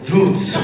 Roots